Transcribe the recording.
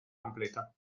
completa